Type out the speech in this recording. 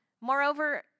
Moreover